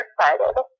excited